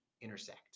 intersect